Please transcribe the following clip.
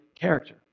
character